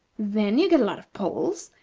then you get a lot of poles,